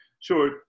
Sure